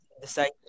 decide